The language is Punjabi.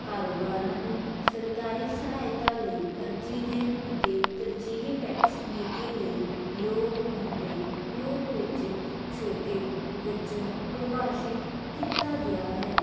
ਕਾਰੋਬਾਰਾਂ ਨੂੰ ਸਰਕਾਰੀ ਸਹਾਇਤਾ ਲਈ ਅਰਜੀ ਦੇਣ ਅਤੇ ਤਰਜੀਹੀ ਟੈਕਸ ਨੀਤੀ ਲਈ ਯੋਗ ਹੋਣ ਦੇ ਰੂਪ ਵਿੱਚ ਛੋਟੇ ਵੱਜੋਂ ਪਰਿਭਾਸ਼ਿਤ ਕੀਤਾ ਗਿਆ ਹੈ